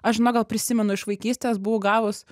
aš žinok gal prisimenu iš vaikystės buvau gavus